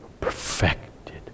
perfected